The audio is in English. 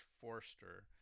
Forster